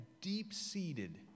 deep-seated